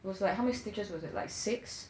it was like how much stitches was it like six